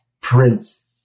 Prince